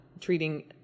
treating